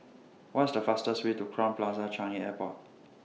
What IS The fastest Way to Crowne Plaza Changi Airport